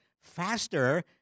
faster